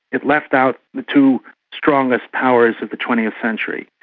it left out the two strongest powers of the twentieth century.